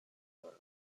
world